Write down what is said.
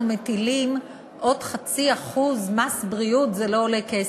מטילים עוד 0.5% מס בריאות זה לא עולה כסף.